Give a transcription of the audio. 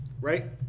right